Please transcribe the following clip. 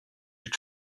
your